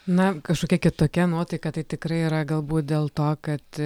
na kažkokia kitokia nuotaika tai tikrai yra galbūt dėl to kad